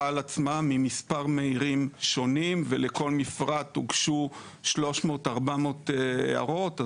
על עצמה ממספר מעירים שונים ולכל מפרט הוגשו 300 400 הערות,